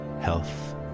health